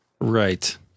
Right